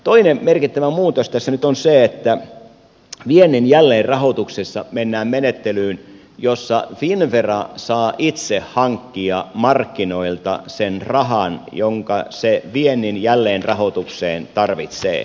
toinen merkittävä muutos tässä nyt on se että viennin jälleenrahoituksessa mennään menettelyyn jossa finnvera saa itse hankkia markkinoilta sen rahan jonka se viennin jälleenrahoitukseen tarvitsee